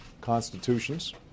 constitutions